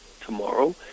tomorrow